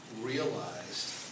realized